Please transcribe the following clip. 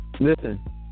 Listen